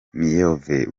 miyove